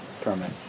permit